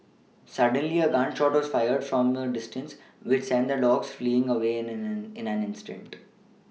suddenly a gun shot was fired from a distance which sent the dogs fleeing away an an in an in strict